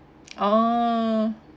orh